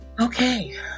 Okay